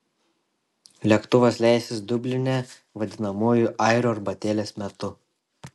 lėktuvas leisis dubline vadinamuoju airių arbatėlės metu